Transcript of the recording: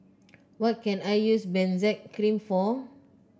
what can I use Benzac Cream for